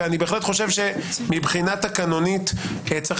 ואני בהחלט חושב שמבחינה תקנונית צריך